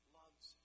loves